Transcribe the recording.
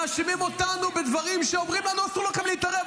מאשימים אותנו בדברים שאומרים לנו: אסור לכם להתערב.